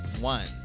one